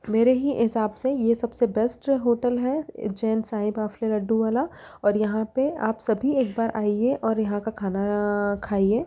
मेरे ही हिसाब से ये सबसे बेस्ट होटल है उज्जैन साई बाफे लड्डू वाला और यहाँ पर आप सभी एक बार आइए और यहाँ का खाना खाइए